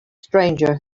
stranger